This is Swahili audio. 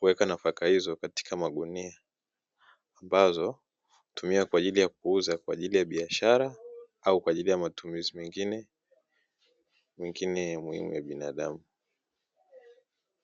huweka nafaka hizo katika magunia, ambazo hutumia kwa ajili ya kuuza kwa ajili ya biashara, au kwa ajili ya matumizi mengine ya muhimu binadamu.